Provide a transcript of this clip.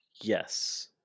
Yes